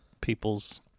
people's